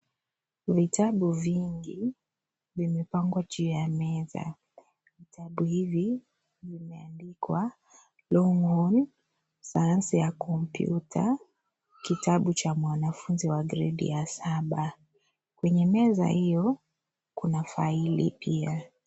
Vitabu vingi vimepangwa juu ya meza. Vitabu hivi vimeandikwa longhorn sayansi ya kompyuta, kitabu cha mwanafunzi wa gredi ya saba. Kwenye meza hiyo kuna faili pia.